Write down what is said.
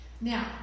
Now